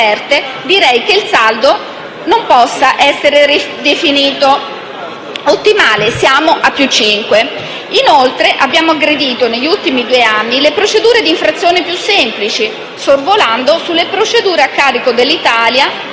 direi che il saldo non possa essere definito ottimale, perché siamo a più cinque. Inoltre abbiamo aggredito, negli ultimi due anni, le procedure di infrazione più semplici, sorvolando sulle procedure a carico dell'Italia